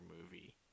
movie